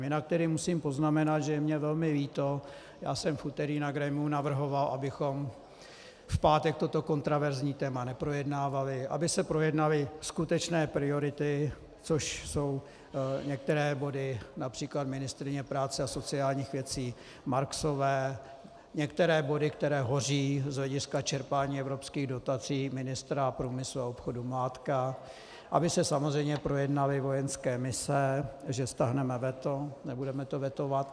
Jinak tedy musím poznamenat, že je mi velmi líto, já jsem v úterý na grémiu navrhoval, abychom v pátek toto kontroverzní téma neprojednávali, aby se projednaly skutečné priority, což jsou některé body například ministryně práce a sociálních věcí Marksové, některé body, které hoří z hlediska čerpání evropských dotací ministra průmyslu a obchodu Mládka, aby se samozřejmě projednaly vojenské mise, že stáhneme veto, nebudeme to vetovat.